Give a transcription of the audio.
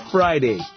Friday